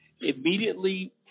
immediately